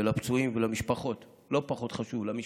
ולפצועים ולמשפחות, ולא פחות חשוב למשפחות,